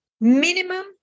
minimum